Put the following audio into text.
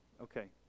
Okay